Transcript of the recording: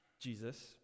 Jesus